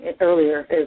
earlier